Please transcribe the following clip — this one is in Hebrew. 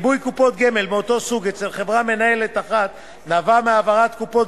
ריבוי קופות גמל מאותו סוג אצל חברה מנהלת אחת נבע מהעברת קופות